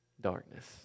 darkness